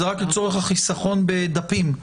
הוא רק לצורך החיסכון בדפים.